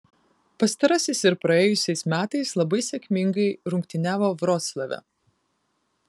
pastarasis ir praėjusiais metais labai sėkmingai rungtyniavo vroclave